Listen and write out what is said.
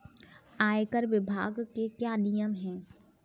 आयकर विभाग के क्या नियम हैं?